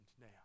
now